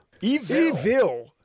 Evil